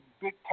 big